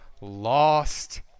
lost